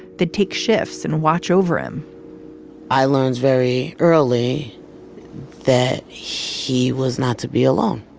they'd take shifts and watch over him i learned very early that he was not to be alone